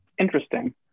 interesting